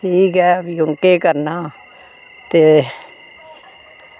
ठीक ऐ ते केह् करना